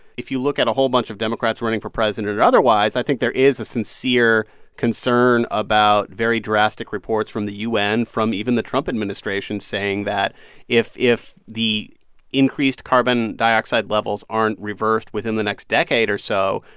if you look at a whole bunch of democrats running for president or otherwise, i think there is a sincere concern about very drastic reports from the u n, from even the trump administration saying that if if the increased carbon dioxide levels aren't reversed within the next decade or so,